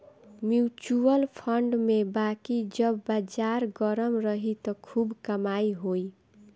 mutual fund में बाकी जब बाजार गरम रही त खूब कमाई होई